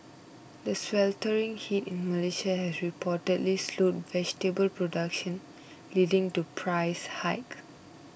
the sweltering heat in Malaysia has reportedly slowed vegetable production leading to price hike